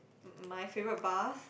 m~ my favourite bars